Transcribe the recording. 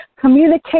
Communicate